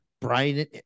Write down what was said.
Brian